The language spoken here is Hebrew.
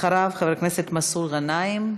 אחריו, חבר הכנסת מסעוד גנאים.